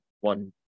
One